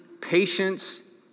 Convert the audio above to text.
patience